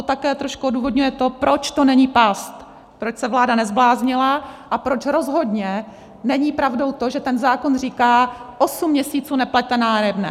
A to také trošku odůvodňuje to, proč to není past, proč se vláda nezbláznila a proč rozhodně není pravdou to, že ten zákon říká: osm měsíců neplaťte nájemné.